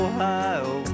Ohio